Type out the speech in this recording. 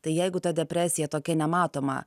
tai jeigu ta depresija tokia nematoma